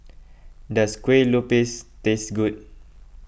does Kueh Lupis taste good